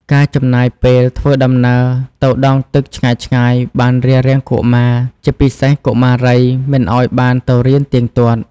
ការចំណាយពេលធ្វើដំណើរទៅដងទឹកឆ្ងាយៗបានរារាំងកុមារ ជាពិសេសកុមារី មិនឱ្យបានទៅរៀនទៀងទាត់។